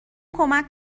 کمک